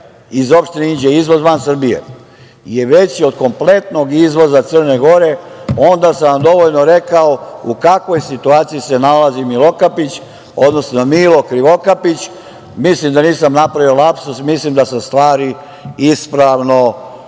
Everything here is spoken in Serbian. iz opštine Inđija van Srbije je veći od kompletnog izvoza Crne Gore, onda sam vam dovoljno rekao u kakvoj situaciji se nalazi "Milokapić" odnosno "Milo Krivokapić". Mislim da nisam napravio lapsus, mislim da sam stvari ispravno